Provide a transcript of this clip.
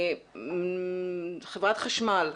חברת החשמל,